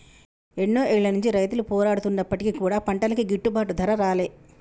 ఎన్నో ఏళ్ల నుంచి రైతులు పోరాడుతున్నప్పటికీ కూడా పంటలకి గిట్టుబాటు ధర రాలే